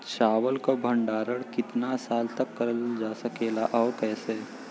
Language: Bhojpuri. चावल क भण्डारण कितना साल तक करल जा सकेला और कइसे?